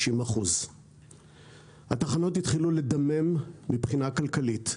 90%. התחנות התחילו לדמם מבחינה כלכלית.